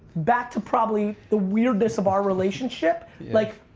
back to probably the weirdness of our relationship. like,